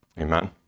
Amen